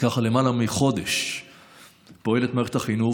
למעלה מחודש פועלת מערכת החינוך,